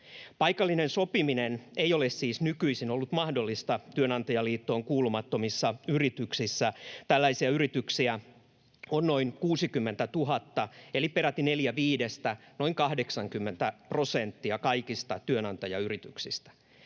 Paikallinen sopiminen ei ole siis nykyisin ollut mahdollista työnantajaliittoon kuulumattomissa yrityksissä. Tällaisia yrityksiä on noin 60 000 eli peräti neljä viidestä, noin 80 prosenttia kaikista työnantajayrityksistä.